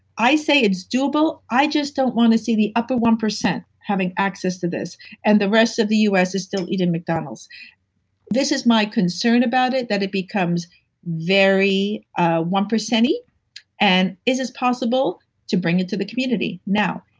i say it's doable, i just don't want to see the upper one percent having access to this and the rest of the us is still eating mcdonalds this is my concern about it that it becomes very ah one percenty and is this possible to bring it to the community? now,